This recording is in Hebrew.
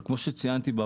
כמו שציינתי,